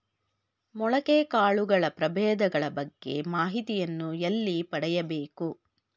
ಮೊಳಕೆ ಕಾಳುಗಳ ಪ್ರಭೇದಗಳ ಬಗ್ಗೆ ಮಾಹಿತಿಯನ್ನು ಎಲ್ಲಿ ಪಡೆಯಬೇಕು?